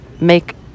make